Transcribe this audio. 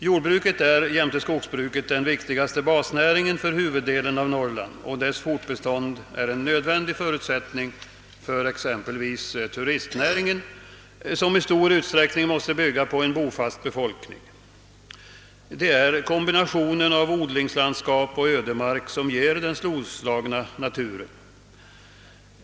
Jordbruket är jämte skogsbruket den viktigaste basnäringen för huvuddelen av Norrland, och dess fortbestånd är en nödvändig förutsättning för exempelvis turistnäringen, som i stor utsträckning måste bygga på en bofast befolkning. Det är kombinationen av odlingslandskap och ödemark som ger den storslagna naturen.